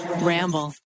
Ramble